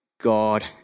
God